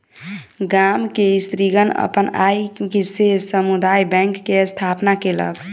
गाम के स्त्रीगण अपन आय से समुदाय बैंक के स्थापना केलक